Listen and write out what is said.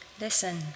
Listen